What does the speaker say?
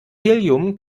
helium